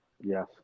Yes